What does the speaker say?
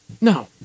No